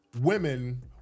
women